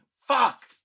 Fuck